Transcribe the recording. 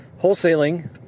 Wholesaling